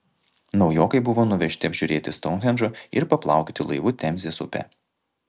naujokai buvo nuvežti apžiūrėti stounhendžo ir paplaukioti laivu temzės upe